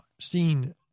seen